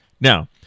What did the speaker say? Now